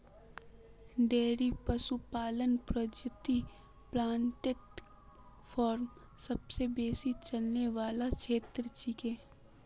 dairy पशुपालन प्रजातित poultry farm सबसे बेसी चलने वाला क्षेत्र छिके